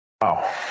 wow